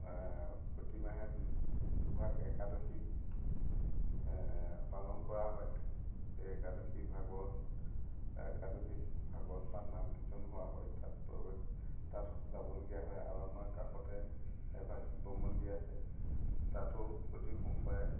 প্ৰতিমাহে দু দুভাগ একাদশী পালন কৰা হয় এই একাদশীভাগত একাদশীত ভাগৱত বা নাম কীৰ্তন হোৱা হয় তাত প্ৰৱেশ তাত যাবলগীয়া হয় আৰু আমাৰ কাষতে এভাগ শিৱ মন্দিৰ আছে তাতো প্ৰতি সোমবাৰে